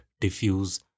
diffuse